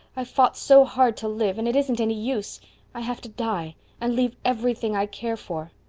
i've fought so hard to live and it isn't any use i have to die and leave everything i care for.